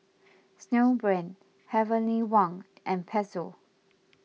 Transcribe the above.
Snowbrand Heavenly Wang and Pezzo